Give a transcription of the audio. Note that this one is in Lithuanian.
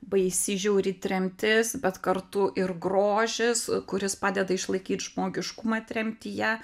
baisi žiauri tremtis bet kartu ir grožis kuris padeda išlaikyt žmogiškumą tremtyje